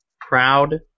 Proud